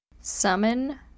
Summon